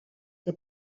que